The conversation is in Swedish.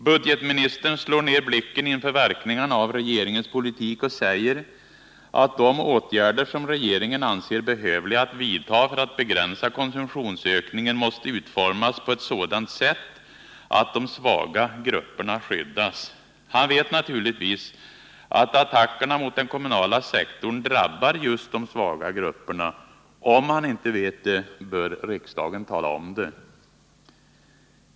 Budgetministern slår ned blicken inför verkningarna av regeringens politik och säger att de åtgärder som regeringen anser behövliga att vidta för att begränsa konsumtionsökningen måste utformas på ett sådant sätt att de svaga grupperna skyddas. Han vet naturligtvis att attackerna mot den kommunala sektorn drabbar just de svaga grupperna. Om han inte vet det bör riksdagen tala om det.